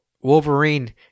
Wolverine